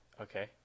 okay